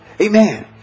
Amen